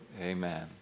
Amen